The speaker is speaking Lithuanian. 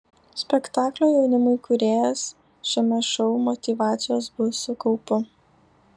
spektaklio jaunimui kūrėjas šiame šou motyvacijos bus su kaupu